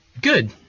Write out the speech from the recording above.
Good